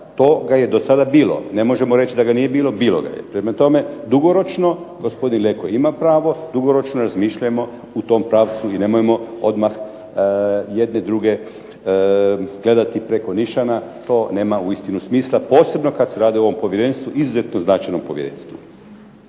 Toga je do sada bilo, ne možemo reći da ga nije bilo, bilo ga je. Prema tome, dugoročno gospodin Leko ima pravo, dugoročno razmišljajmo u tom pravcu i nemojmo odmah jedni druge gledati preko nišana, to nema uistinu smisla, posebno kad se radi o ovom povjerenstvu, izuzetno značajnom povjerenstvu.